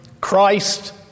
Christ